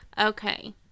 okay